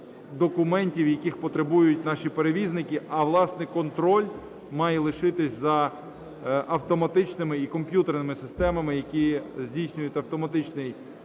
документів, яких потребують наші перевізники, а власне контроль має лишитися за автоматичними і комп'ютерними системами, які здійснюють автоматичний